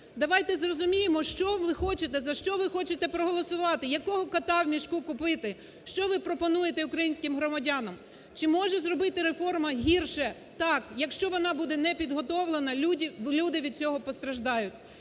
Давайте зрозуміємо, що ви хочете, за що ви хочете проголосувати, якого кота в мішку купити, що ви пропонуєте українським громадянам? Чи може зробити реформа гірше? Так, якщо вона буде не підготовлена, люди від цього постраждають.